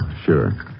sure